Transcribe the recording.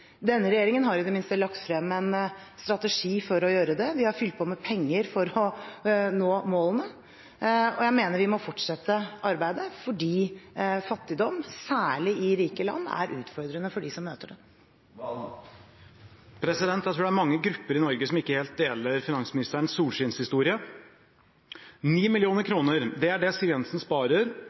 Denne regjeringen har i det minste lagt frem en strategi for å gjøre det, og vi har fylt på med penger for å nå målene. Jeg mener vi må fortsette arbeidet fordi fattigdom, særlig i rike land, er utfordrende for dem som møter den. Jeg tror det er mange grupper i Norge som ikke helt deler finansministerens solskinnshistorie. 9 mill. kr – det er det Siv Jensen sparer